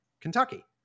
Kentucky